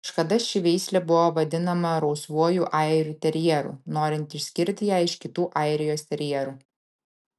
kažkada ši veislė buvo vadinama rausvuoju airių terjeru norint išskirti ją iš kitų airijos terjerų